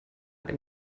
dem